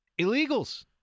Illegals